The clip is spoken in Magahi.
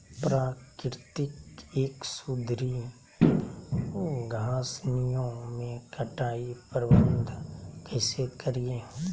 प्राकृतिक एवं सुधरी घासनियों में कटाई प्रबन्ध कैसे करीये?